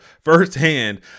firsthand